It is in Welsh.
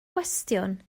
gwestiwn